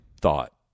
thought